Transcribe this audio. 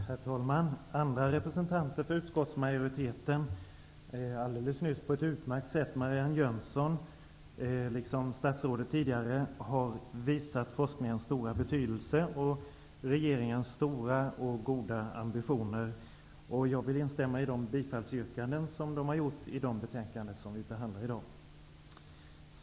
Herr talman! Andra representanter för utskottsmajoriteten, t.ex. Marianne Jönsson, liksom statsrådet tidigare har på ett utmärkt sett visat forskningens stora betydelse och regeringens stora och goda ambitioner. Jag vill instämma i de bifallsyrkanden som de har gjort i de betänkanden som vi behandlar i dag.